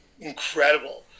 incredible